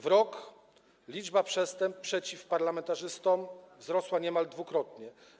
W ciągu roku liczba przestępstw przeciw parlamentarzystom wzrosła niemal dwukrotnie.